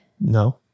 No